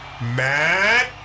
matt